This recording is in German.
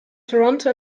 toronto